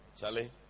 Charlie